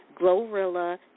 Glorilla